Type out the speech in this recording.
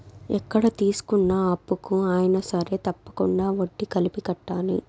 ఎక్కడ తీసుకున్న అప్పుకు అయినా సరే తప్పకుండా వడ్డీ కలిపి కట్టాలి